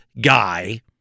guy